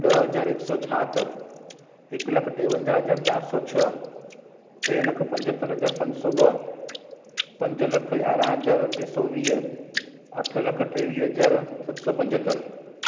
ॾह हज़ार हिकु सौ छाहतरि हिकु लखु टेवंजाहु हज़ार चारि सौ छह टे लख पंजहतरि हज़ार पंज सौ ॿ पंज लख यारहं हज़ार टे सौ वीह अठ लख टेवीह हज़ार सत सौ पंजहतरि